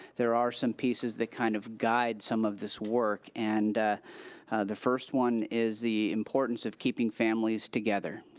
there are some pieces that kind of guide some of this work and the first one is the importance of keeping families together.